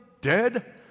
dead